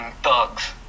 Thugs